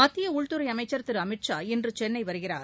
மத்திய உள்துறை அமைச்சர் திரு அமித்ஷா இன்று சென்னை வருகிறார்